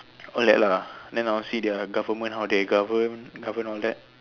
all that lah then I want to see their government how they govern govern all that